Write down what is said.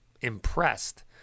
impressed